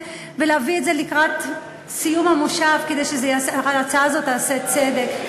ולהביא את זה לקראת סיום המושב כדי שההצעה הזאת תעשה צדק,